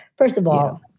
first of all,